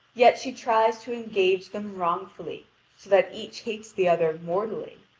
yet she tries to engage them wrongfully, so that each hates the other mortally.